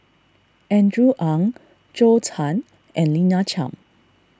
Andrew Ang Zhou Can and Lina Chiam